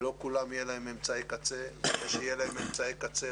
לא לכולם יהיו אמצעי קצה או שאם יהיו להם אמצעי קצה,